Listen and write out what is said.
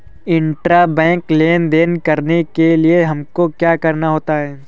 Intrabank लेन देन करने के लिए हमको क्या करना होता है?